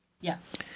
Yes